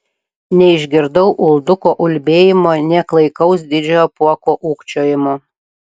neišgirdau ulduko ulbėjimo nė klaikaus didžiojo apuoko ūkčiojimo